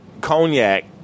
cognac